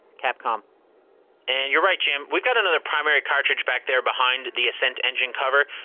capcom and you're right, jim. we've got another primary cartridge back there behind the ascent engine cover.